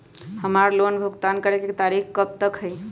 हमार लोन भुगतान करे के तारीख कब तक के हई?